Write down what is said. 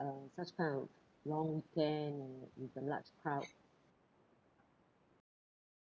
uh such kind of long weekend uh with the large crowd